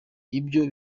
ibyo